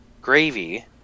gravy